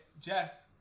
Jess